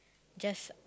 just